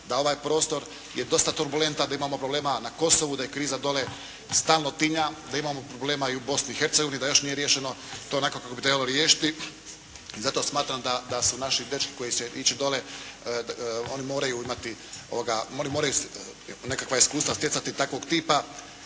da ovaj prostor je dosta turbulentan, da imamo problema na Kosovu, da je kriza dole stalno tinja, da imamo problema i u Bosni i Hercegovini, da još nije riješeno to onako kako bi trebalo riješiti. Zato smatram da su naši dečki koji će ići dole oni moraju nekakva iskustva stjecati takvog tipa